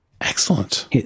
Excellent